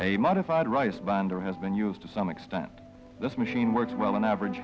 a modified rice binder has been used to some extent this machine works well on average